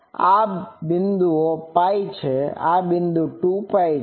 આ બિંદુઓ π છે આ બિંદુ 2π વગેરે છે